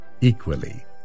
equally